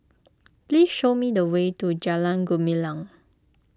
please show me the way to Jalan Gumilang